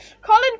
Colin